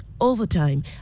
overtime